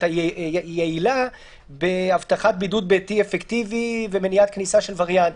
היא יעילה בהבטחת בידוד ביתי אפקטיבי ומניעת כניסה של וריאנטים?